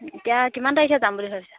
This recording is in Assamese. এতিয়া কিমান তাৰিখে যাম বুলি ভাবিছা